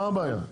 מה הבעיה?